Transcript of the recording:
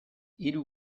hiru